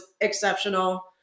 exceptional